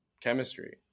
chemistry